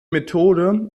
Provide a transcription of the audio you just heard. methode